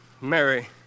Mary